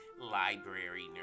library